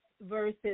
versus